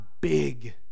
big